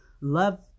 love